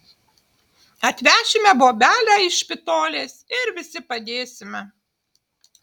atvešime bobelę iš špitolės ir visi padėsime